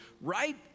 right